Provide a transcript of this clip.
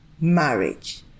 marriage